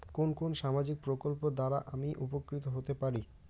কোন কোন সামাজিক প্রকল্প দ্বারা আমি উপকৃত হতে পারি?